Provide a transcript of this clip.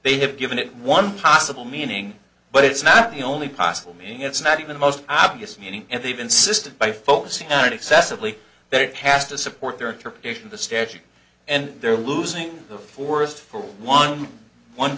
they have given it one possible meaning but it's not the only possible meaning it's not even the most obvious meaning and they've insisted by focusing on it excessively they pass to support their interpretation of the statute and they're losing the forest for one one